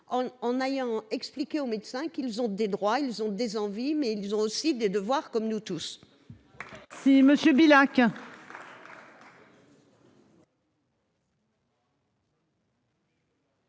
en ayant expliqué aux médecins que s'ils ont des droits et des envies, ils ont aussi des devoirs, comme nous tous.